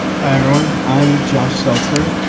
hi everyone i'm josh seltzer.